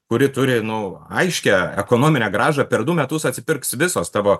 kuri turi nu aiškią ekonominę grąžą per du metus atsipirks visos tavo